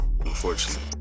Unfortunately